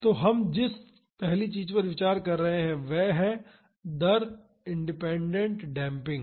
तो हम जिस पहली चीज पर विचार कर रहे हैं वह है दर इंडिपेंडेंट डेम्पिंग